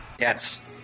Yes